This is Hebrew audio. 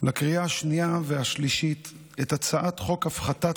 לקריאה השנייה והשלישית את הצעת חוק הפחתת